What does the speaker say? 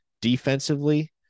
Defensively